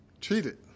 treated